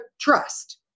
trust